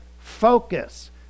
focus